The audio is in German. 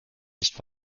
nicht